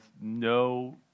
no